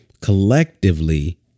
collectively